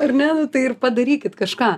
ar ne nu tai ir padarykit kažką